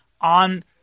on